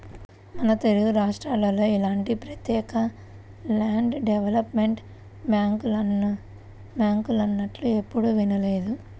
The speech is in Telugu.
మన తెలుగురాష్ట్రాల్లో ఇలాంటి ప్రత్యేక ల్యాండ్ డెవలప్మెంట్ బ్యాంకులున్నట్లు ఎప్పుడూ వినలేదు